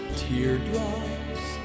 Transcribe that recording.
teardrops